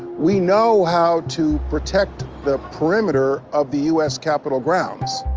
we know how to protect the perimeter of the u s. capitol grounds.